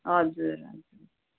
हजुर